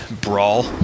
brawl